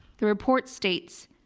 the report states,